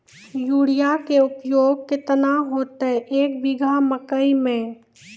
Urea के उपयोग केतना होइतै, एक बीघा मकई मे?